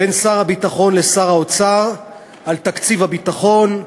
בין שר הביטחון לשר האוצר על תקציב הביטחון.